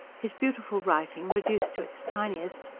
his beautiful writing, reduced to its tiniest,